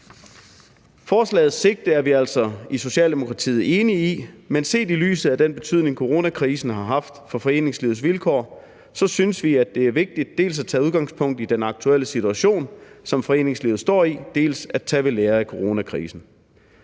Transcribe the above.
Forslagets sigte er vi altså i Socialdemokratiet enige i, men set i lyset af den betydning, coronakrisen har haft for foreningslivets vilkår, synes vi, det er vigtigt dels at tage udgangspunkt i den aktuelle situation, som foreningslivet står i, dels at tage ved lære af coronakrisen.